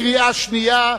קריאה שנייה.